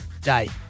day